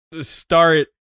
start